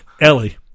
Ellie